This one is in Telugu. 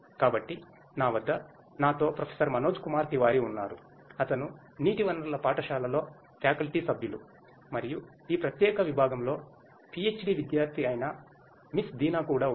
కాబట్టి నా వద్ద నాతో ప్రొఫెసర్ మనోజ్ కుమార్ తివారీ ఉన్నారు అతను నీటి వనరుల పాఠశాలలో ఫ్యాకల్టీ సభ్యులు మరియు ఈ ప్రత్యేక విభాగంలో పీహెచ్డీ విద్యార్థి అయిన మిస్ దీనా కూడా ఉన్నారు